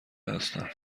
هستم